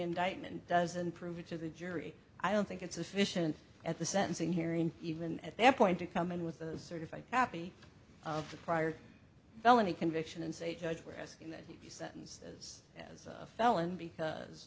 indictment doesn't prove to the jury i don't think it's a sufficient at the sentencing hearing even at that point to come in with a certified copy of the prior felony conviction and say judge we're asking that you be sentenced as a felon because